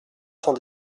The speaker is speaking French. cent